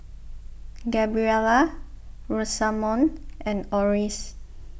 Gabriela Rosamond and Orris